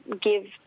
give